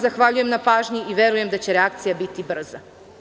Zahvaljujem se na pažnji i verujem da će reakcija biti brza.